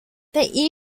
they